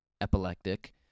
epileptic